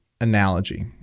analogy